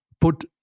put